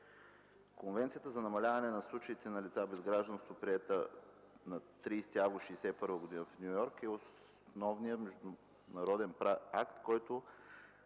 Конвенцията за намаляване на случаите на лица без гражданство, приета на 30 август 1961 г. в Ню Йорк, е основният международноправен акт,